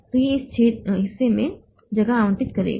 तो यह इस हिस्से में जगह आवंटित करेगा